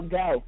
go